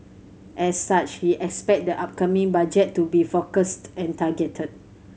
as such he expect the upcoming Budget to be focused and targeted